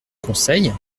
conseille